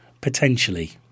Potentially